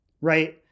right